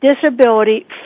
disability